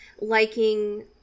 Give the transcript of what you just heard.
liking